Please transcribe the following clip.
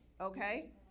Okay